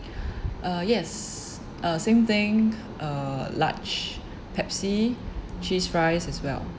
uh yes uh same thing uh large Pepsi cheese fries as well